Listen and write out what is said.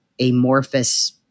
amorphous